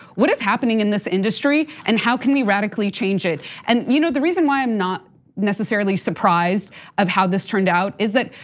what is happening in this industry and how can we radically change it? and you know the reason why i'm not necessarily surprised of how this turned out is that,